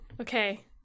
Okay